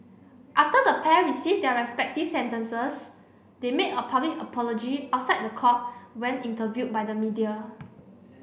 after the pair received their respective sentences they made a public apology outside the court when interviewed by the media